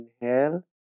inhale